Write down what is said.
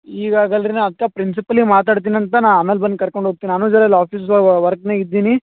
ಈಗ ಆಗಲ್ಲ ರೀ ನಾ ಅದ್ಕೆ ಪ್ರಿನ್ಸಿಪಲಿ ಮಾತಾಡ್ತಿನಂತ ನಾ ಆಮೇಲೆ ಬಂದು ಕರ್ಕೊಂಡು ಹೋಗ್ತಿನ್ ಆಮೇಲೆ ಜರ ಇಲ್ಲಿ ಆಫೀಸ್ ಒಳಗೆ ವರ್ಕ್ನಲ್ಲಿ ಇದ್ದೀನಿ